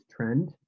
trend